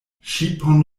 ŝipon